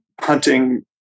hunting